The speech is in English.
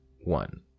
One